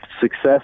success